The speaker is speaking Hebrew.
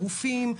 גופים,